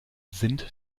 sind